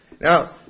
Now